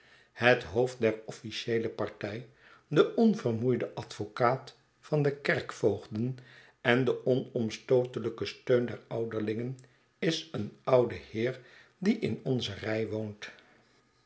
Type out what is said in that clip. het hoofd der officieele partij de onvermoeide advokaat van de kerkvoogden en de onomstootelijke steun der ouderlingen is een oude heer die in onze rij woont